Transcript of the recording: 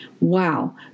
Wow